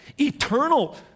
eternal